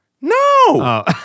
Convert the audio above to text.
No